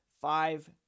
five